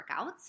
workouts